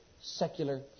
secular